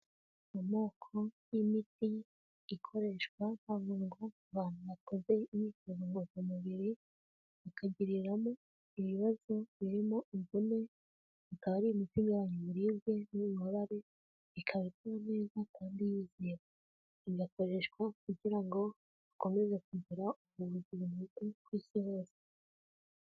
Amoko y'imiti ikoreshwa havurwa abantu bakoze imyitozo ngorongaramubiri bakagiriramo ibibazo birimo imvune. Ikaba ari imiti igabanya uburibwe n'ububabare, ikaba ikora neza kandi yizewe. Inakoreshwa kugira ngo ukomeze kugira ubuzima bwiza, ku Isi hose.